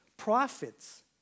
Profits